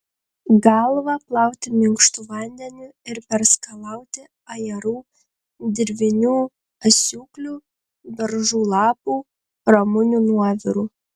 galvą plauti minkštu vandeniu ir perskalauti ajerų dirvinių asiūklių beržų lapų ramunių nuoviru